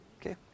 Okay